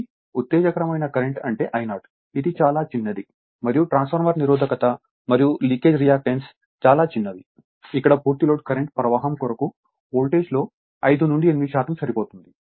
కాబట్టి ఉత్తేజకరమైన కరెంట్ అంటే I0ఇది చాలా చిన్నది మరియు ట్రాన్స్ఫర్ నిరోధకత మరియు లీకేజ్ రియాక్టెన్స్ చాలా చిన్నవి ఇక్కడ పూర్తి లోడ్ కరెంట్ ప్రవాహం కొరకు వోల్టేజ్లో 5 నుండి 8 శాతం సరిపోతుంది